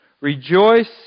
Rejoice